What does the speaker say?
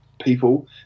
people